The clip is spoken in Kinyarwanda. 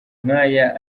nkaya